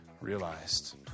realized